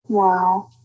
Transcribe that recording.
Wow